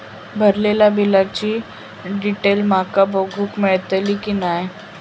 भरलेल्या बिलाची डिटेल माका बघूक मेलटली की नाय?